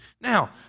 now